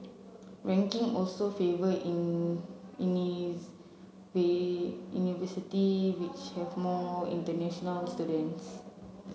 rankings also favour in university which have more international students